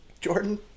Jordan